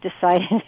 decided